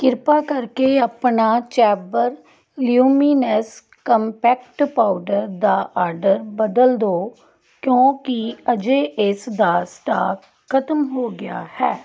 ਕਿਰਪਾ ਕਰਕੇ ਆਪਣਾ ਚੈਬਰ ਲਿਊਮੀਨੈਸ ਕੰਮਪੈਕਟ ਪਾਊਡਰ ਦਾ ਆਰਡਰ ਬਦਲ ਦਿਉ ਕਿਉਂਕਿ ਅਜੇ ਇਸਦਾ ਸਟਾਕ ਖਤਮ ਹੋ ਗਿਆ ਹੈ